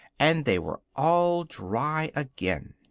and they were all dry again.